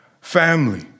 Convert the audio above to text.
family